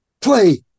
play